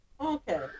Okay